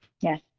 Yes